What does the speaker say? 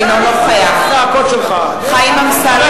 אינו נוכח חיים אמסלם,